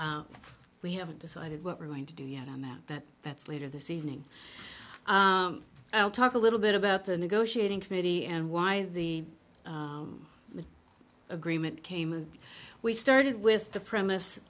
so we haven't decided what we're going to do yet on that that that's later this evening i'll talk a little bit about the negotiating committee and why the agreement came and we started with the premise